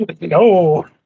no